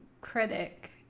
critic